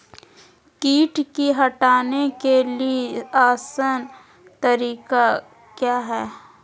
किट की हटाने के ली आसान तरीका क्या है?